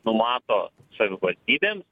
numato savivaldybėms